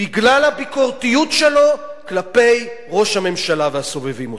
בגלל הביקורתיות שלו כלפי ראש הממשלה והסובבים אותו.